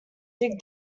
dig